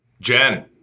Jen